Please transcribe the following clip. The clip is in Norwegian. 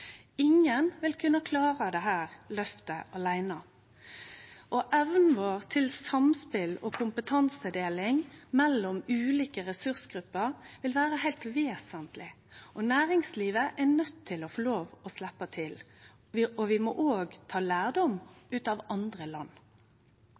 Ingen vil kunne klare dette lyftet åleine, og evna vår til samspel og kompetansedeling mellom ulike ressursgrupper vil vere heilt vesentleg. Næringslivet er nøydt til å få lov til å sleppe til. Vi må òg ta lærdom